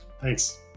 thanks